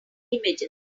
images